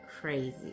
crazy